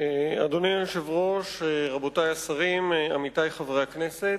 אדוני היושב-ראש, רבותי השרים, עמיתי חברי הכנסת,